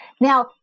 Now